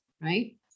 right